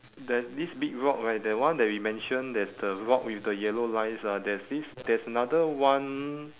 there's this big rock right the one that we mention there's the rock with the yellow lines ah there's this there's another one